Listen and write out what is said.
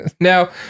Now